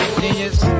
genius